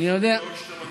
עוד שני